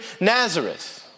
Nazareth